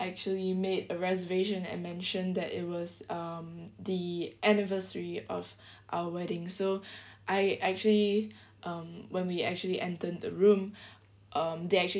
actually made a reservation and mentioned that it was um the anniversary of our wedding so I actually um when we actually entered the room um they actually